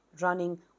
running